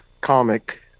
comic